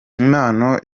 impano